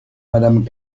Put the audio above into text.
madame